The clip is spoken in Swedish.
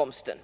hårt.